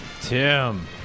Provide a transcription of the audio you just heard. Tim